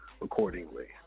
accordingly